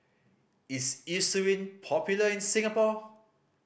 is Eucerin popular in Singapore